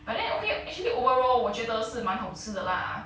but then okay actually overall 我觉得是蛮好吃的 lah